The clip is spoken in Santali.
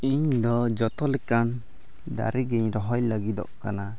ᱤᱧ ᱫᱚ ᱡᱚᱛᱚ ᱞᱮᱠᱟᱱ ᱫᱟᱨᱮ ᱜᱮᱧ ᱨᱚᱦᱚᱭ ᱞᱟᱹᱜᱤᱫᱚᱜ ᱠᱟᱱᱟ